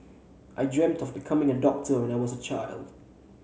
I dreamt of becoming a doctor when I was a child